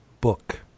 book